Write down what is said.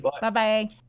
Bye-bye